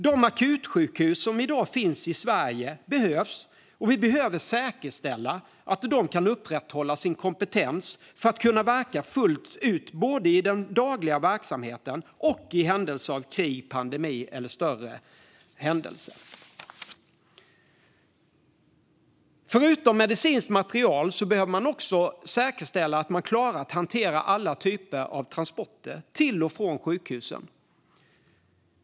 De akutsjukhus som i dag finns i Sverige behövs, och vi behöver säkerställa att de kan upprätthålla sin kompetens för att de ska kunna verka fullt ut både i den dagliga verksamheten och vid krig, pandemi eller annan större händelse. Förutom medicinskt material behöver vi också säkerställa att man klarar att hantera alla typer av transporter till och från sjukhusen.